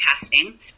casting